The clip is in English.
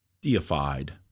deified